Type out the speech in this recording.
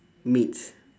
meat